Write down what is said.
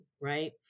right